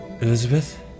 Elizabeth